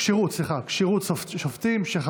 התשפ"ב